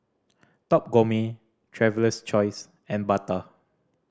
Top Gourmet Traveler's Choice and Bata